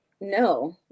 no